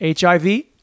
HIV